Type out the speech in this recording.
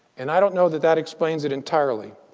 and i don't know that that explains it entirely.